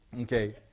Okay